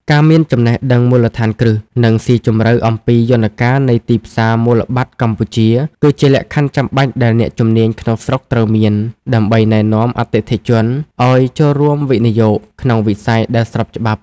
ការមានចំណេះដឹងមូលដ្ឋានគ្រឹះ និងស៊ីជម្រៅអំពីយន្តការនៃទីផ្សារមូលបត្រកម្ពុជា គឺជាលក្ខខណ្ឌចាំបាច់ដែលអ្នកជំនាញក្នុងស្រុកត្រូវតែមាន ដើម្បីណែនាំអតិថិជនឱ្យចូលរួមវិនិយោគក្នុងវិស័យដែលស្របច្បាប់។